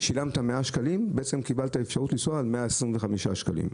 אתה משלם 100 שקלים ולמעשה קיבלת אפשרות לנסוע ב-125 שקלים.